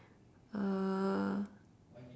uh